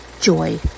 joy